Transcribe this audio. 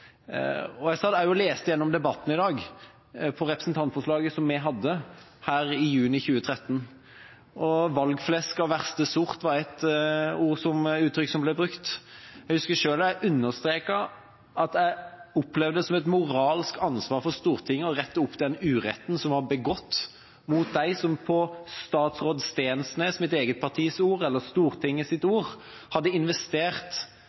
elsertifikatene. Jeg satt også i dag og leste gjennom debatten om representantforslaget som vi hadde her i juni 2013, og «valgflesk av verste sort» var et uttrykk som ble brukt. Jeg husker selv at jeg understreket at jeg opplevde det som et moralsk ansvar for Stortinget å rette opp den uretten som var begått mot dem som på daværende statsråd Steensnæs´ og mitt eget partis ord, eller Stortingets ord, hadde investert